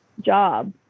job